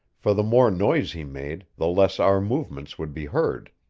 for the more noise he made the less our movements would be heard.